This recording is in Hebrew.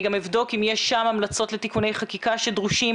אני גם אבדוק אם יש שם המלצות לתיקוני חקיקה שדרושים